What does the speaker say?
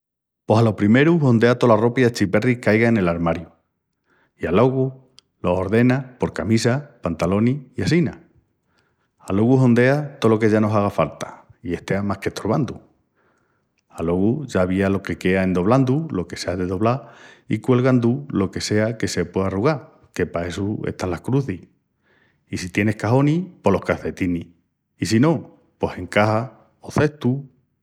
Pos alo primeru hondea tola ropa i achiperris qu'aigan en el armariu i alogu l'ordenas por camisas, pantalonis i assina. Alogu hondeas tolo que ya no haga falta i estea más qu'estorvandu. Alogu ya avía lo que quea en doblandu lo que sea de doblal i cuelgandu lo que sea que se puea arrugal que pa essu están las cruzis. I si tienis caxonis pos los calcetinis. I si, no pos en caxas o cestus.